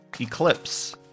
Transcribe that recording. eclipse